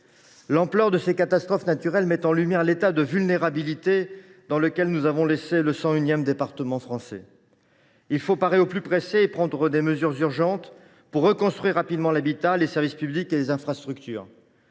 L’ampleur de ces catastrophes naturelles met en lumière l’état de vulnérabilité dans lequel nous avons laissé le cent unième département français. Il faut parer au plus pressé et prendre des mesures urgentes pour reconstruire rapidement l’habitat, les services publics et les infrastructures.